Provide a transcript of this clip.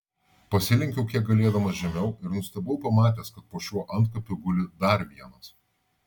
pasilenkiau kiek galėdamas žemiau ir nustebau pamatęs kad po šiuo antkapiu guli dar vienas